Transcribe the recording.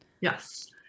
Yes